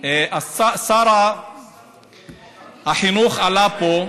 שר החינוך עלה פה,